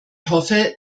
hoffe